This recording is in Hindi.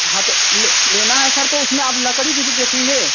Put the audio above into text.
हाँ तो ले लेना है सर तो उसमें आप लकड़ी भी तो देखेंगे